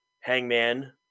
Hangman